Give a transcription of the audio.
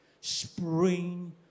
spring